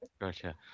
Gotcha